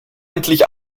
endlich